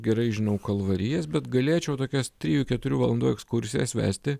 gerai žinau kalvarijas bet galėčiau tokias trijų keturių valandų ekskursijas vesti